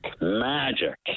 magic